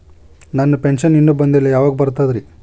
ನನ್ನ ಪೆನ್ಶನ್ ಇನ್ನೂ ಬಂದಿಲ್ಲ ಯಾವಾಗ ಬರ್ತದ್ರಿ?